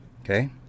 Okay